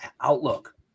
outlook